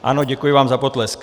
Ano, děkuji vám za potlesk .